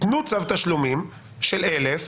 תנו צו תשלומים של 1,000,